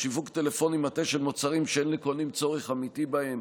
שיווק טלפוני מטעה של מוצרים שאין לקונים צורך אמיתי בהם,